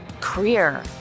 career